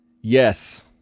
Yes